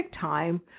time